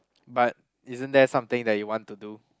but isn't there something that you want to do